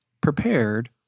prepared